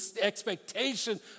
expectation